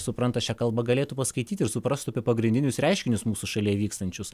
supranta šią kalbą galėtų paskaityti ir suprasti apie pagrindinius reiškinius mūsų šalyje vykstančius